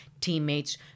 teammates